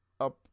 Up